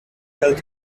hält